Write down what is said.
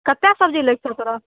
कतेक सबजी लैके छौ तोरा